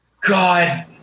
God